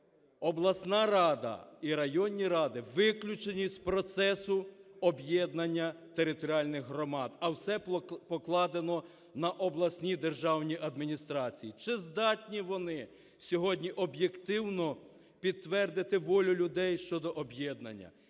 обласна рада і районні ради виключені з процесу об'єднання територіальних громад, а все покладено на обласні державні адміністрації. Чи здані вони сьогодні об'єктивно підтвердити волю людей щодо об'єднання?